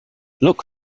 look